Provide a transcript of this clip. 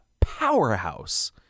powerhouse